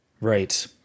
Right